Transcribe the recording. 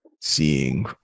seeing